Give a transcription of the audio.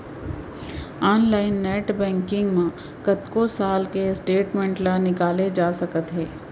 online net banking म कतको साल के स्टेटमेंट ल निकाले जा सकत हे